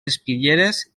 espitlleres